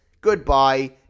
goodbye